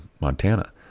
Montana